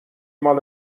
مال